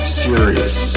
serious